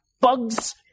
bugs